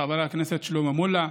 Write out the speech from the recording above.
וחבר הכנסת שלמה מולה.